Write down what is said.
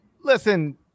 Listen